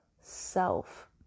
self